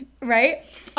Right